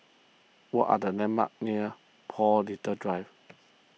what are the landmarks near Paul Little Drive